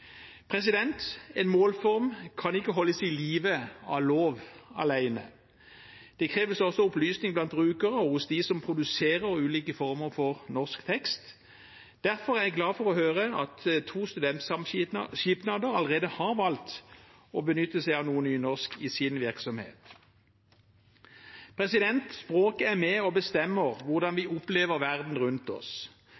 En målform kan ikke holdes i live av lov alene. Det kreves også opplysning blant brukere og dem som produserer ulike former for norsk tekst. Derfor er jeg glad for å høre at to studentsamskipnader allerede har valgt å benytte seg av noe nynorsk i sin virksomhet. Språket er med på å bestemme hvordan vi